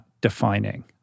defining